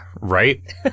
right